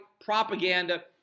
propaganda